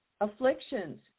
afflictions